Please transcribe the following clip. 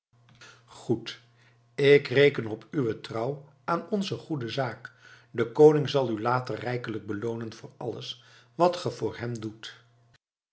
goed ik reken op uwe trouw aan onze goede zaak de koning zal u later rijkelijk beloonen voor alles wat ge voor hem doet